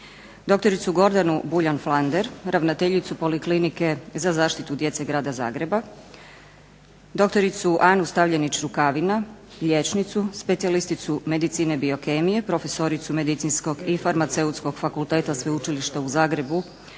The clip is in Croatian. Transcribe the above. dr. Gordanu Buljan-Flander ravnateljicu Poliklinike za zaštitu djece Grada Zagreba; dr. Anu Stavljenić-Rukavina liječnicu specijalisticu medicine biokemije, profesoricu Medicinskog i farmaceutskog fakulteta Sveučilišta u Zagrebu